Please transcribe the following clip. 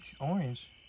Orange